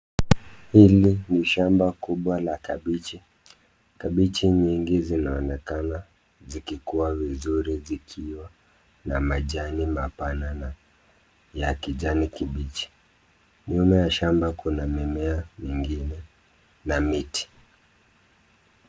Hili ni shamba kubwa la kabichi. Kabichi nyingi zinaonekana zikikuwa vizuri zikiwa na majani mapana na ya kijani kibichi. Nyuma ya shamba kuna mimea mingi na na miti.